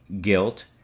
guilt